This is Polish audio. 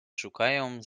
szukają